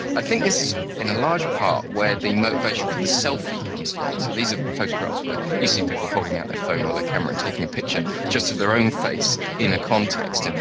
i think this is in a large part where the motivation for the selfie comes along. so these are photographs where you see people holding out their phone or their camera and taking a picture, just of their own face, in a context. and